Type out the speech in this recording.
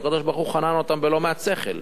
והקדוש-ברוך-הוא חנן אותן בלא מעט שכל,